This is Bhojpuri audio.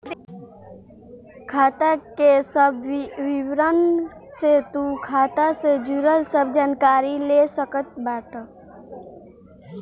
खाता के सब विवरण से तू खाता से जुड़ल सब जानकारी ले सकत बाटअ